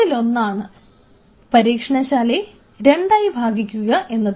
അതിലൊന്നാണ് പരീക്ഷണശാലയെ രണ്ടായി ഭാഗിക്കുക എന്നത്